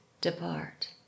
depart